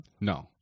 no